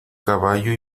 caballo